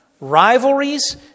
rivalries